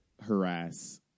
harass